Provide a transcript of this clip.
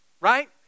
right